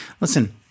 Listen